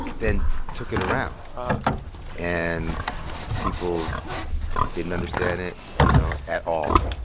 then took it around ah, ok and people didn't understand it you know? at all.